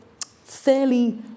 fairly